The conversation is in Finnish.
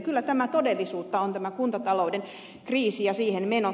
kyllä tämä todellisuutta on tämä kuntatalouden kriisi ja siihen meno